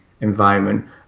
environment